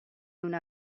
una